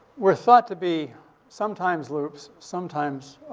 were thought to be sometimes loops, sometimes,